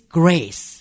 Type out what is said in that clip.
grace